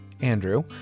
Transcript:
Andrew